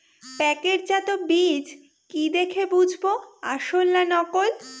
প্যাকেটজাত বীজ কি দেখে বুঝব আসল না নকল?